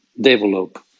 develop